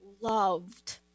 loved